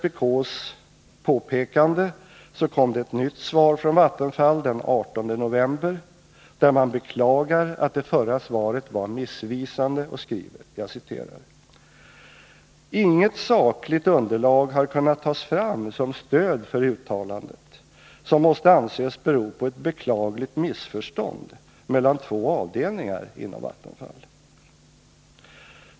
I ett nytt svar från Vattenfall den 18 november beklagar man att det förra svaret var missvisande och skriver: ”Inget sakligt underlag har kunnat tas fram som stöd för uttalandet, som måste anses bero på ett beklagligt missförstånd mellan två avdelningar inom Vattenfall.